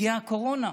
הגיעה הקורונה,